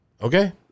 Okay